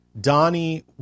donnie